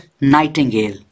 Nightingale